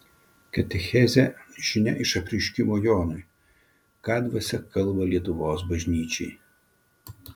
katechezė žinia iš apreiškimo jonui ką dvasia kalba lietuvos bažnyčiai